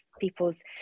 people's